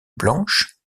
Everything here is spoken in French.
blanche